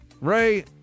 Ray